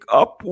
up